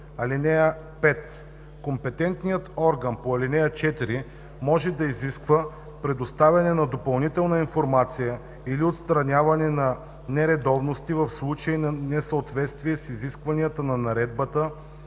ал. 1. (5) Компетентният орган по ал. 4 може да изисква предоставяне на допълнителна информация или отстраняване на нередовности в случай на несъответствие с изисквания на наредбата